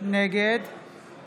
נגד